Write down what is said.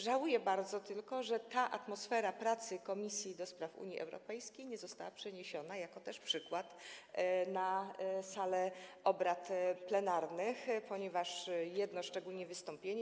Żałuję bardzo tylko, że ta atmosfera pracy Komisji do Spraw Unii Europejskiej nie została przeniesiona jako przykład na salę obrad plenarnych, ponieważ szczególnie jedno wystąpienie.